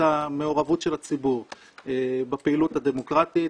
המעורבות של הציבור בפעילות הדמוקרטית,